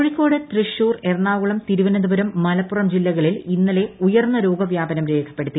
കോഴിക്കോട് തൃശൂർ എറണാകുളം തിരുവനന്തപുരം മലപ്പുറം ജില്ലകളിൽ ഇന്നലെ ഉയർന്ന രോഗവ്യാപനം രേഖപ്പെടുത്തി